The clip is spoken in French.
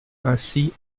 ainsi